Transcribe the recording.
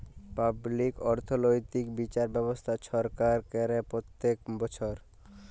public অথ্থলৈতিক বিচার ব্যবস্থা ছরকার ক্যরে প্যত্তেক বচ্ছর